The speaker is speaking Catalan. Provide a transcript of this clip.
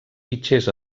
fitxers